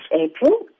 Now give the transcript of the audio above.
April